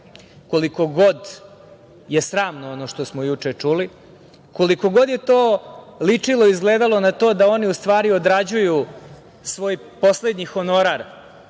koliko god je sramno ono što smo juče čuli, koliko god je to ličilo, izgledalo na to da oni u stvari odrađuju svoj poslednji honorar